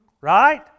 right